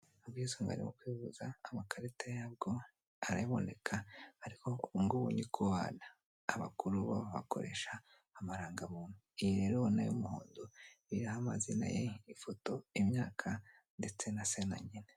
Ubwisungane mu kwivuza, amakarita yabwo arayaboneka ariko ubu ngubu ni ku bana; abakuru bakoresha amarangamuntu. Iyi rero ubona y'umuhondo iriho amazina ye, ifoto, imyaka, ndetse na se na nyina.